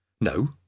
No